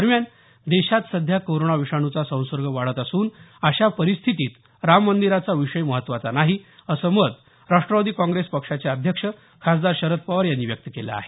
दरम्यान देशात सध्या कोरोना विषाणूचा संसर्ग वाढत असून अशा परिस्थितीत राम मंदीराचा विषय महत्वाचा नाही असं मत राष्ट्रवादी काँग्रेस पक्षाचे अध्यक्ष खासदार शरद पवार यांनी व्यक्त केलं आहे